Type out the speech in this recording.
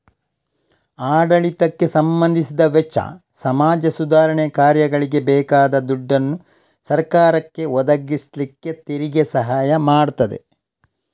ಆಡಳಿತಕ್ಕೆ ಸಂಬಂಧಿಸಿದ ವೆಚ್ಚ, ಸಮಾಜ ಸುಧಾರಣೆ ಕಾರ್ಯಗಳಿಗೆ ಬೇಕಾದ ದುಡ್ಡನ್ನ ಸರಕಾರಕ್ಕೆ ಒದಗಿಸ್ಲಿಕ್ಕೆ ತೆರಿಗೆ ಸಹಾಯ ಮಾಡ್ತದೆ